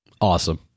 Awesome